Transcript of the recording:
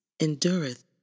endureth